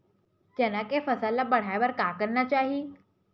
चना के फसल बढ़ाय बर का करना चाही?